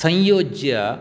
संयोज्य